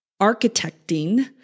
architecting